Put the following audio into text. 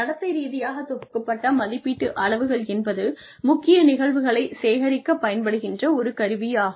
நடத்தை ரீதியாகத் தொகுக்கப்பட்ட மதிப்பீட்டு அளவுகள் என்பது முக்கிய நிகழ்வுகளைச் சேகரிக்கப் பயன்படுகின்ற ஒரு கருவியாகும்